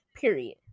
Period